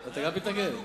אתה גם מתנגד?